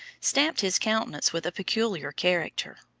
stamped his countenance with a peculiar character.